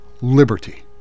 liberty